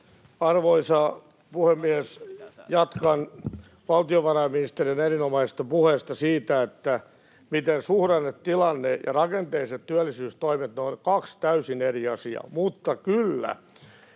Arvoisa puhemies! Jatkan valtiovarainministerin erinomaisesta puheesta eli siitä, miten suhdannetilanne ja rakenteelliset työllisyystoimet ovat kaksi täysin eri asiaa. Mutta kyllä,